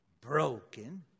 broken